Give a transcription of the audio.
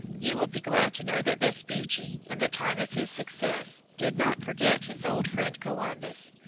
you will be glad to know that vespucci, in the time of his success, did not forget his old friend columbus,